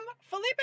felipe